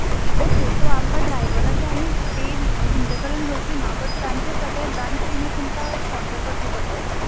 okay so आमकां ड्रायव्हराचो तुमचे कडल्यान येवची ना बट तांचे सगळें लंच डिनर तुमकां स्पोन्सर करचें पडटलें